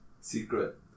secret